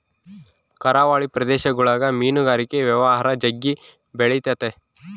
ಕರಾವಳಿ ಪ್ರದೇಶಗುಳಗ ಮೀನುಗಾರಿಕೆ ವ್ಯವಹಾರ ಜಗ್ಗಿ ಬೆಳಿತತೆ